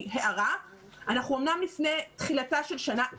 אנחנו אומנם לפני תחילתה של שנה אזרחית,